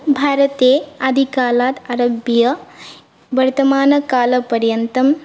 भारते आदिकालात् आरभ्य वर्तमानकालपर्यन्तं